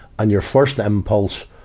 and your first impulse,